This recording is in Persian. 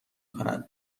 کند